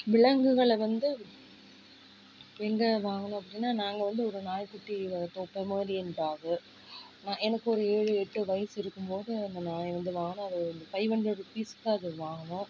விலங்குகளை வந்து எங்கே வாங்கினோம் அப்படின்னா நாங்கள் வந்து ஒரு நாய்க்குட்டி வளர்த்தோம் பொமோரியன் டாகு எனக்கு ஒரு ஏழு எட்டு வயது இருக்கும் போது அந்த நாய் வந்து வாங்கினோம் அதை ஒரு ஃபைவ் ஹண்ரட் ருபீஸ்க்கு அது வாங்கினோம்